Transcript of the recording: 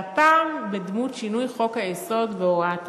והפעם בדמות שינוי חוק-היסוד בהוראת השעה.